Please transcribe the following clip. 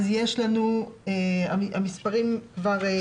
המספרים עולים.